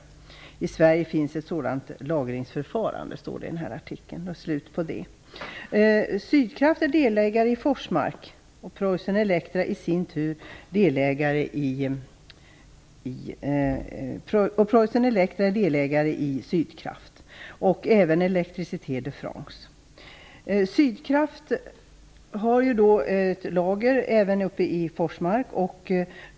Det står också i artikeln att det finns ett sådant lagringsförfarande i Sverige. Electra och även Electricité de France är delägare i Sydkraft har även ett lager i Forsmark.